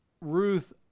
Ruth